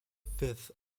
fifth